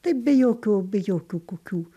taip be jokio be jokių kokių